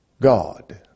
God